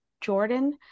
Jordan